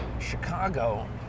Chicago